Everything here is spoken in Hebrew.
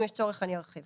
אם יש צורך אני ארחיב.